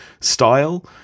style